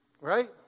Right